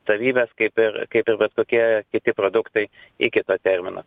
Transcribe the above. savybes kaip ir kaip ir bet kokie kiti produktai iki termino